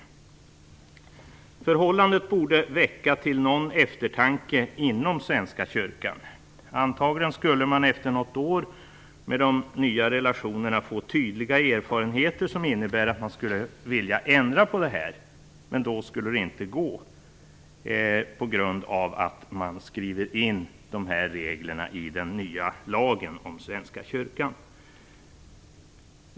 Det förhållande borde väcka till någon eftertanke inom Svenska kyrkan. Antagligen skulle man efter något år med de nya relationerna få tydliga erfarenheter som medför att man vill ändra på det här, men då skulle det inte gå på grund av att reglerna skrivs in i den nya lagen om Svenska kyrkan.